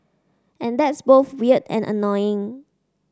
and that's both weird and annoying